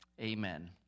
Amen